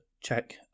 check